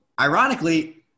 Ironically